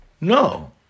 No